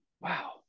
Wow